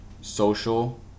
social